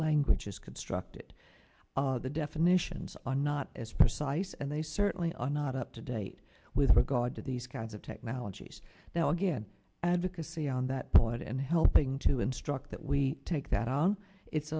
language is constructed the definitions are not as precise and they certainly are not up to date with regard to these kinds of technologies now again advocacy on that point and helping to instruct that we take that on it